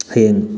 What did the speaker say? ꯍꯌꯦꯡ